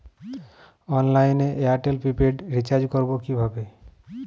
অনলাইনে এয়ারটেলে prepaid recharge করবো কিভাবে?